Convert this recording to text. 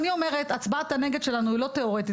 אני אומרת, הצבעת הנגד שלנו היא לא תיאורטית.